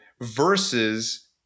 versus